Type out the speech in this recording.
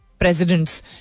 presidents